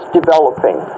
developing